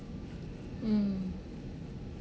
mm